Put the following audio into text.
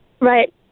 Right